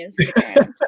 Instagram